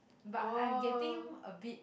but I'm getting a bit